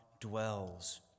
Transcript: dwells